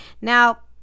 Now